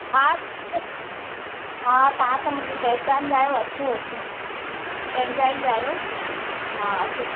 हा अचो हा तव्हां त मुंहिंजे पहचान जा आहियो अचो अचो पंहिंजा ई आहियो हा अचो